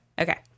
Okay